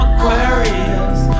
Aquarius